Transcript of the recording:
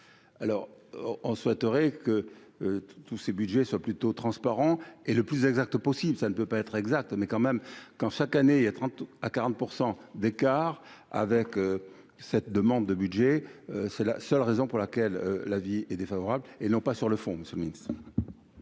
alors on souhaiterait que tous ces Budgets plutôt transparent et le plus exact possible, ça ne peut pas être exact, mais quand même, quand chaque année, il y a 30 à 40 % d'écart avec cette demande de budget, c'est la seule raison pour laquelle l'avis est défavorable et non pas sur le fond de ce médecin. Monsieur le ministre.